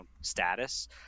status